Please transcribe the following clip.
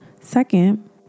Second